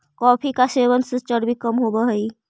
coffee के सेवन से चर्बी कम होब हई